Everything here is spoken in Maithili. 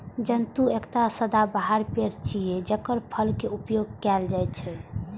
जैतून एकटा सदाबहार पेड़ छियै, जेकर फल के उपयोग कैल जाइ छै